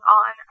on